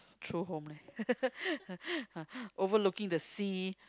true home leh over looking the sea